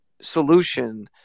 solution